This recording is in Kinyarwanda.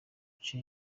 gace